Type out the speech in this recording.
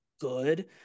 good